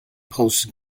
post